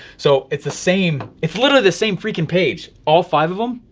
so it's the same, it's literally the same freakin page, all five of them.